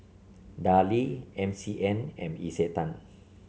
Darlie M C M and Isetan